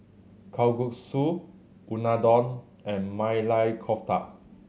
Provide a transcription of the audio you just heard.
Kalguksu Unadon and Maili Kofta